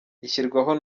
ishyirwaho